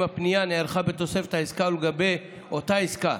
אם הפנייה נערכת בתקופת העסקה ולגבי אותה עסקה,